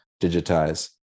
digitize